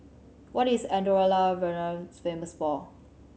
what is Andorra La Vella famous for